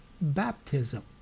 baptism